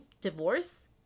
divorce